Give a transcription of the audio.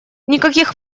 никаких